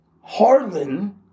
Harlan